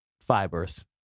fibers